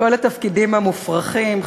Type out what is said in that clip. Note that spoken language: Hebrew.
כל התפקידים המופרכים,